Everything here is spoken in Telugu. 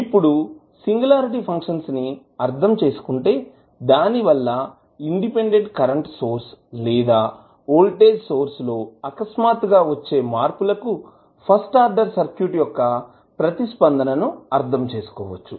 ఇప్పుడు సింగులారిటీ ఫంక్షన్స్ అర్థం చేసుకుంటే దాని వల్ల ఇండిపెండెంట్ కరెంటు సోర్స్ లేదా వోల్టేజ్ సోర్స్ లో అకస్మాత్తుగా వచ్చే మార్పులు కు ఫస్ట్ ఆర్డర్ సర్క్యూట్ యొక్క ప్రతిస్పందన ని అర్థం చేసుకోవచ్చు